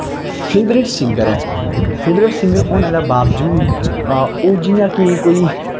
favourite singer ऐ favourite singer होने दे बाबजूद ओह् जियां कि कोई